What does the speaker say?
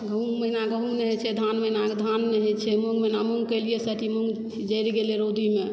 गहुम महीना गहुम नहि होइत छै धान महीना धान नहि होइत छै मूँग महीना मूँग कैलियै से अथि मूँग जड़ि गेलय रौदीमऽ